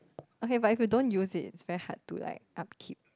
okay but if you don't use it it's very hard to like up keep